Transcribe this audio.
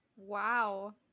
wow